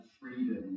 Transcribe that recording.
freedom